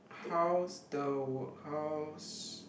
how's the work how's